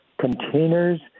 containers